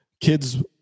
Kids